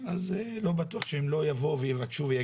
אז אני לא בטוח שהם לא יבואו ויגידו,